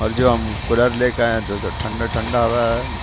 اور جو ہم کولر لے کے آئے ہیں تو ٹھنڈا ٹھنڈا ہوا ہے